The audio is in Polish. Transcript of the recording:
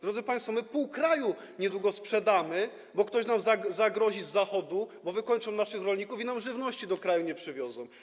Drodzy państwo, my pół kraju niedługo sprzedamy, bo ktoś nam zagrozi z Zachodu, wykończą naszych rolników i nam żywności do kraju nie przywiozą.